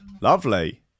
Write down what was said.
Lovely